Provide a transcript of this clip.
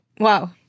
Wow